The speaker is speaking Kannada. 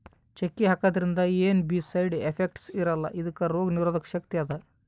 ಚಕ್ಕಿ ಹಾಕಿದ್ರಿಂದ ಏನ್ ಬೀ ಸೈಡ್ ಎಫೆಕ್ಟ್ಸ್ ಇರಲ್ಲಾ ಇದಕ್ಕ್ ರೋಗ್ ನಿರೋಧಕ್ ಶಕ್ತಿ ಅದಾ